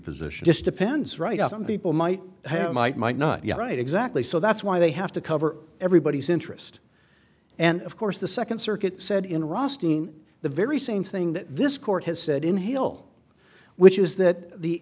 position just depends write off some people might have might might not yeah right exactly so that's why they have to cover everybody's interest and of course the second circuit said in ross dean the very same thing that this court has said in hill which is that the